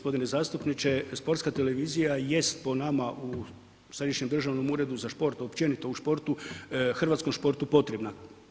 Poštovani g. zastupniče, sportska televizija jest po nama u Središnjem državnom uredu za šport općenito u športu, hrvatskom športu potrebna.